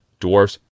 dwarves